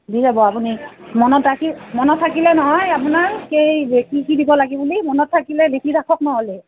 দি যাব আপুনি মনত থাকি মনত থাকিলে নহয় আপোনাৰ সেই কি কি দিব লাগে বুলি মনত থাকিলে লিখি ৰাখক নহ'লে